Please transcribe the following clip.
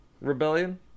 rebellion